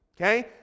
okay